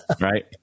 right